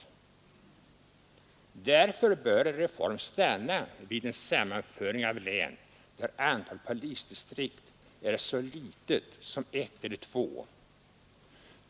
Därför bör en reform stanna vid en sammanföring av län, där antalet polisdistrikt är så litet som ett eller två.